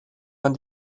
man